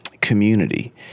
community